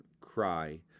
cry